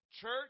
Church